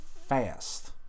fast